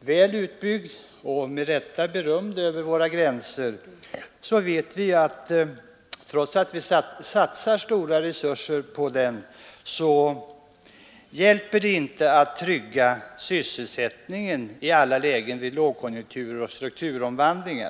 väl utbyggd och med rätta berömd över våra gränser vet vi också att insatserna — trots att de är stora — inte alltid räcker för att trygga sysselsättningen i alla lägen vid lågkonjunktur och strukturomvandling.